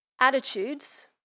attitudes